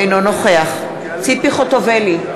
אינו נוכח ציפי חוטובלי,